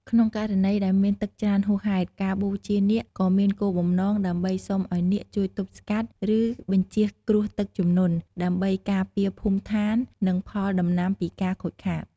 ក្នុងករណីដែលមានទឹកច្រើនហួសហេតុ ការបូជានាគក៏មានគោលបំណងដើម្បីសុំឱ្យនាគជួយទប់ស្កាត់ ឬបញ្ចៀសគ្រោះទឹកជំនន់ ដើម្បីការពារភូមិឋាន និងផលដំណាំពីការខូចខាត។